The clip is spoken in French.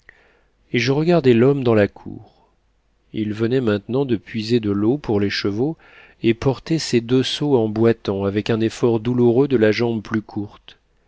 et je regardai l'homme dans la cour il venait maintenant de puiser de l'eau pour les chevaux et portait ses deux seaux en boitant avec un effort douloureux de la jambe plus courte